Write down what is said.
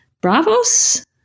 Bravos